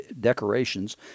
decorations